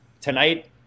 tonight